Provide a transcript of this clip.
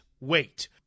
wait